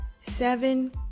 seven